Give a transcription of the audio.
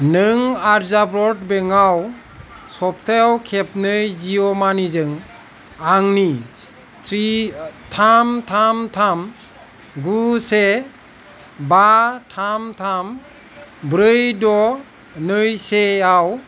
नों आर्यावर्त बेंक आव सप्तायाव खेबनै जिअ' मानिजों आंनि थाम थाम थाम गु से बा थाम थाम ब्रै द' नै से आव